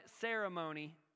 ceremony